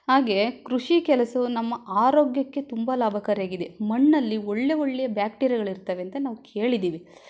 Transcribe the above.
ಹಾಗೆ ಕೃಷಿ ಕೆಲಸವು ನಮ್ಮ ಆರೋಗ್ಯಕ್ಕೆ ತುಂಬ ಲಾಭಕಾರಿಯಾಗಿದೆ ಮಣ್ಣಲ್ಲಿ ಒಳ್ಳೆ ಒಳ್ಳೆಯ ಬ್ಯಾಕ್ಟಿರಿಯಾಗಳಿರ್ತವೆ ಅಂತ ನಾವು ಕೇಳಿದ್ದೀವಿ